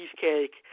cheesecake